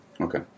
Okay